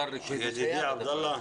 עבדאללה,